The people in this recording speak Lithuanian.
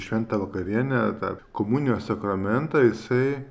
šventa vakarienė tą komunijos sakramentą jisai